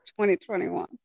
2021